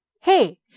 hey